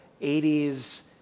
80s